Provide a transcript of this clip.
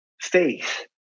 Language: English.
faith